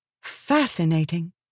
Fascinating